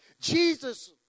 Jesus